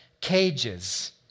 cages